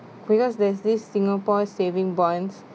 because there's this singapore saving bonds